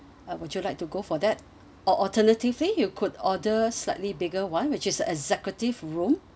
uh would you like to go for that or alternatively you could order slightly bigger one which is a executive room